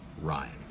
Ryan